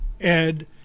Ed